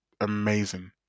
amazing